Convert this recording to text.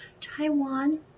Taiwan